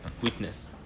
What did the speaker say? witness